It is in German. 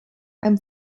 einem